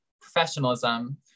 professionalism